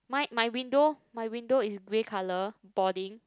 my my window my window is grey color boarding